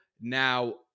now